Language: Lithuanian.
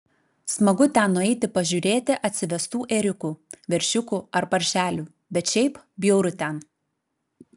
smagu ten nueiti pažiūrėti atsivestų ėriukų veršiukų ar paršelių bet šiaip bjauru ten